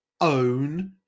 Own